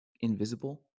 invisible